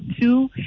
two